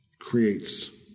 creates